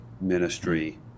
ministry